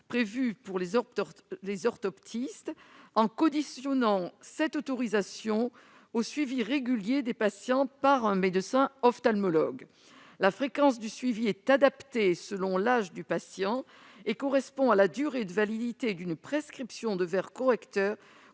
prévue pour les orthoptistes en la conditionnant au suivi régulier des patients par un médecin ophtalmologue. La fréquence du suivi est adaptée selon l'âge du patient et correspond à la durée de validité d'une prescription de verres correcteurs